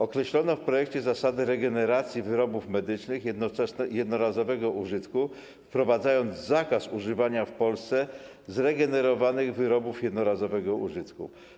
Określono w projekcie zasady regeneracji wyrobów medycznych jednorazowego użytku, wprowadzając zakaz używania w Polsce zregenerowanych wyrobów jednorazowego użytku.